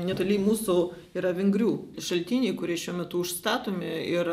netoli mūsų yra vingrių šaltiniai kurie šiuo metu užstatomi ir